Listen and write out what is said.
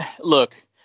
look